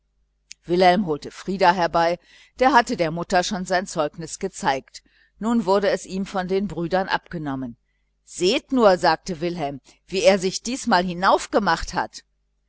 wilhelm holte frieder herbei der hatte der mutter schon sein zeugnis gezeigt nun wurde es ihm von den brüdern abgenommen seht nur sagte wilhelm wie der sich diesmal hinaufgemacht hat